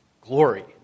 glory